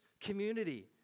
community